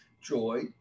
joy